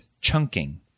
chunking